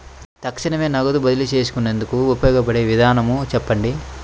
తక్షణమే నగదు బదిలీ చేసుకునేందుకు ఉపయోగపడే విధానము చెప్పండి?